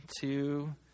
two